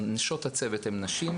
נשות הצוות הן נשים,